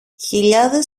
χιλιάδες